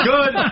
Good